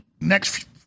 next